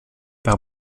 par